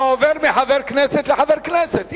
אתה עובר מחבר כנסת לחבר כנסת,